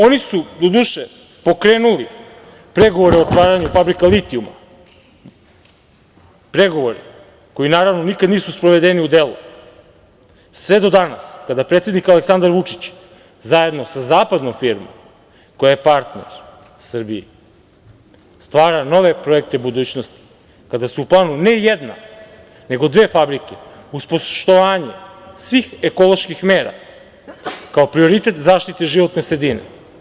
Oni su, doduše pokrenuli pregovore o otvaranju fabrika litijuma, pregovori koji naravno nikad nisu sprovedeni u delo sve do danas kada predsednik Aleksandar Vučić zajedno sa zapadnom firmom koja je partner Srbiji stvara nove projekte budućnosti, kada su u planu ne jedna, nego dve fabrike uz poštovanje svih ekoloških mera kao prioritet zaštite životne sredine.